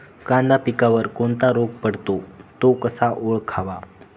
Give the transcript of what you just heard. कांदा पिकावर कोणता रोग पडतो? तो कसा ओळखावा?